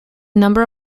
number